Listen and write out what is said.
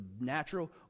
natural